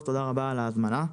תודה רבה על ההזמנה.